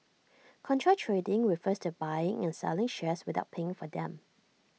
contra trading refers to buying and selling shares without paying for them